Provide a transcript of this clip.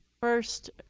first